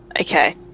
Okay